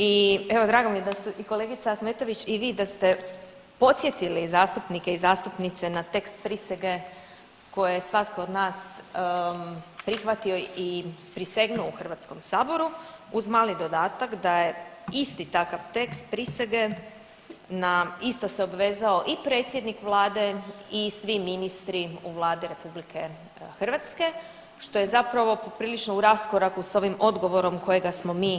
I evo drago mi je da se i kolegica Ahmetović i vi da ste podsjetili zastupnike i zastupnice na tekst prisege koje je svatko od nas prihvatio i prisegnuo u HS-u uz mali dodatak da je isti takav tekst prisege na isto se obvezao i predsjednik Vlade i svi ministri u Vladi RH, što je zapravo prilično u raskoraku s ovim odgovorom kojega smo mi dobili.